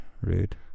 Rude